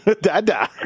Dada